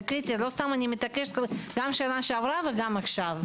לא סתם אני מתעקשת גם שנה שעברה וגם עכשיו.